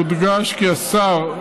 יודגש כי השר,